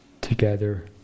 together